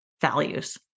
values